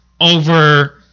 over